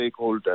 stakeholders